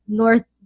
north